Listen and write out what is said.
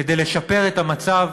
כדי לשפר את המצב